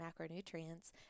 macronutrients